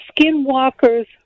Skinwalkers